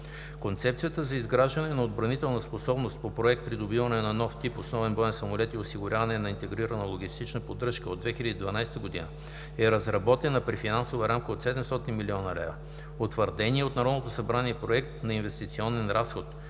Концепцията за изграждане на отбранителна способност (КИОС) по проект „Придобиване на нов тип основен боен самолет и осигуряване на интегрирана логистична поддръжка“ от 2012 г. е разработена при финансова рамка от 700 млн. лв. Утвърденият от Народното събрание Проект на инвестиционен разход